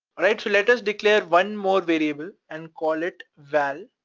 right? so let us declare one more variable, and call it val.